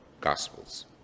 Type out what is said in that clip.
Gospels